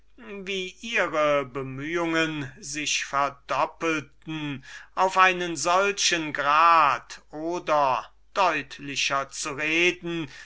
wie ihre bemühungen sich verdoppelten auf einen solchen grad oder deutlicher zu reden